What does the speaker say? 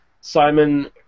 Simon